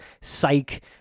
psych